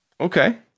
Okay